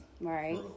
Right